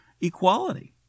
equality